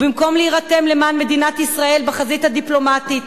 ובמקום להירתם למען מדינת ישראל בחזית הדיפלומטית